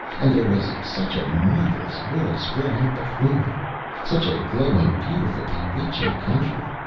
and there was such a marvellous world spread out before me such a glowing, beautiful, bewitching country.